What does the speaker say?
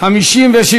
2 נתקבלו.